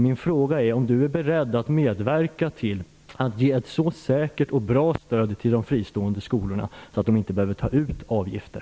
Min fråga är om Ylva Johansson är beredd att medverka till att ge ett så säkert och bra stöd till de fristående skolorna att de inte behöver ta ut avgifter.